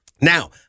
Now